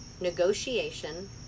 negotiation